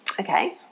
Okay